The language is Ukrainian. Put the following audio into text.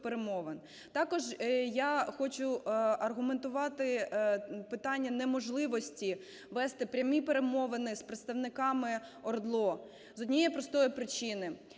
Також я хочу аргументувати питання неможливості вести прямі перемовини з представниками ОРДЛО з однієї простої причини.